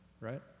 right